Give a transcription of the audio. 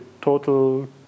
total